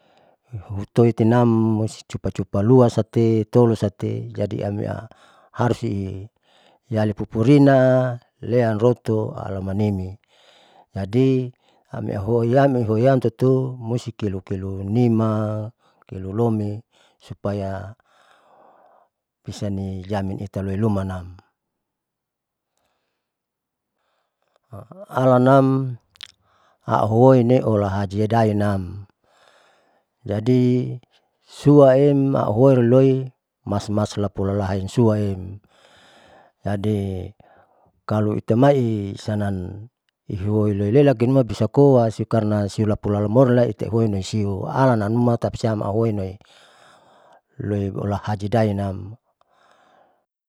Mutoi tinam cupacupaluakate jadi amoia harus si laalipupurina lean rotun alamanimi jadi amei amoiham tutumusti kilukilu nima kilulomi supaya husanijamin itahoiluma alanam auhuoine hulahajidaeng nam jadi suaem auhoi ruoi mas mas lapulalahain suaem, jadi kalo itamai sanan iloiloilelaki anuma bisa koa sukarnasiulapula lumorin lai itautun nesiu alanam matapasiam auhonin loi loi lahaji daeng nam